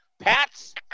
pat's